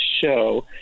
show